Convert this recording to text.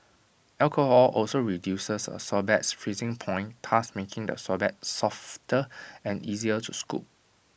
alcohol also reduces A sorbet's freezing point thus making the sorbet softer and easier to scoop